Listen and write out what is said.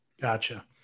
Gotcha